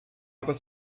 other